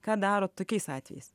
ką darot tokiais atvejais